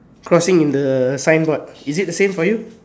crossing in the signboard is it the same for you